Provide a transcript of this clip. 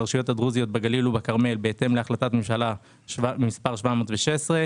הרשויות הדרוזיות בגליל ובכרמל בהתאם להחלטת ממשלה מספר 716,